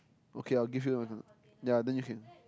okay I will give you one ah then you can